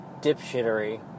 dipshittery